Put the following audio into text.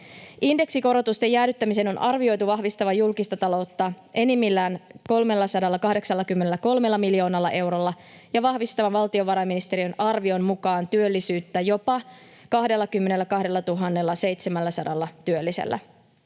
Indeksikorotusten jäädyttämisen on arvioitu vahvistavan julkista taloutta enimmillään 383 miljoonalla eurolla ja vahvistavan valtiovarainministeriön arvion mukaan työllisyyttä jopa 22 700 työllisellä.